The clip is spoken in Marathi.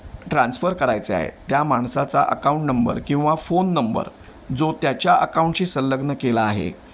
ट्रान्स्फर करायचे आहे त्या माणसाचा अकाऊंट नंबर किंवा फोन नंबर जो त्याच्या अकाऊंटशी संलग्न केला आहे